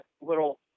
little